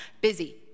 busy